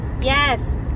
Yes